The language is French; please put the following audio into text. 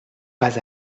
pas